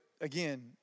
again